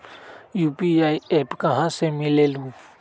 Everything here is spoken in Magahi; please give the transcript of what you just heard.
यू.पी.आई एप्प कहा से मिलेलु?